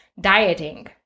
dieting